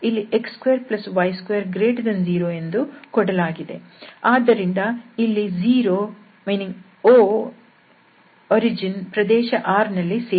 ಆದ್ದರಿಂದ ಇಲ್ಲಿ 0 ಪ್ರದೇಶ R ನಲ್ಲಿ ಸೇರಿಲ್ಲ